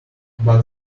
but